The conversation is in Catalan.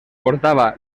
portava